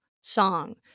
song